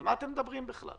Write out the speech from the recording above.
על מה אתם מדברים בכלל?